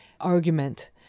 argument